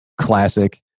classic